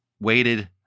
waited